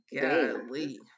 golly